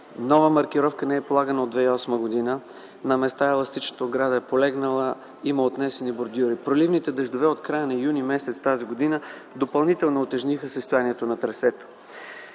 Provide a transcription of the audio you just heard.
нова маркировка не е полагана от 2008 г. На места еластичната ограда е полегнала, има отнесени бордюри. Проливните дъждове от края на м. юни т.г. допълнително утежниха състоянието на трасето.